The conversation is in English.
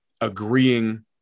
agreeing